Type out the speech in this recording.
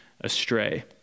astray